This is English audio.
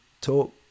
talk